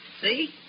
See